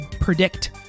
predict